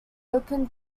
open